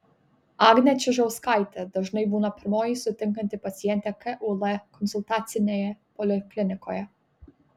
agnė čižauskaitė dažnai būna pirmoji sutinkanti pacientę kul konsultacinėje poliklinikoje